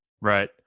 Right